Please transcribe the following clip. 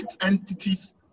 entities